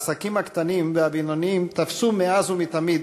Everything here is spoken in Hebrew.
העסקים הקטנים והבינוניים תפסו מאז ומתמיד